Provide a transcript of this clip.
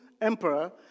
emperor